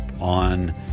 on